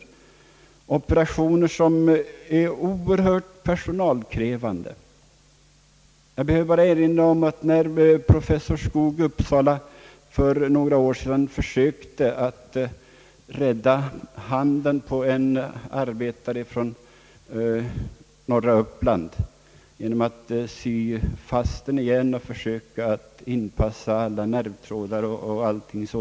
Alla dessa operationer är oerhört personalkrävande. Jag behöver bara erinra om den operation som utfördes av professor Skoog i Uppsala för några år sedan då han försökte att rädda handen på en arbetare från norra Uppland genom att sy fast den igen och försöka inpassa alla nervtrådar o. s. v.